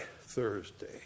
Thursday